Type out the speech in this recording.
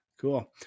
Cool